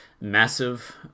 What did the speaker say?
massive